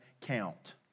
Count